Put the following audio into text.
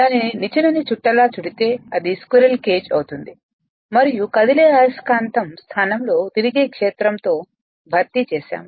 దానిని నిచ్చెనని చుట్ట లా చుడితే అది స్క్విరెల్ కేజ్ అవుతుంది మరియు కదిలే అయస్కాంతం స్థానంలో తిరిగే క్షేత్రం తో భర్తీ చేశాము